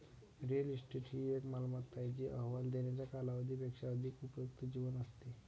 real estate ही एक मालमत्ता आहे जी अहवाल देण्याच्या कालावधी पेक्षा अधिक उपयुक्त जीवन असते